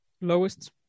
Lowest